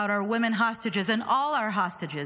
our women hostages and all our hostages.